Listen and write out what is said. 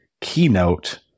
keynote